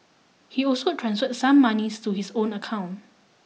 he also transferred some monies to his own account